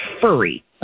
furry